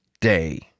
day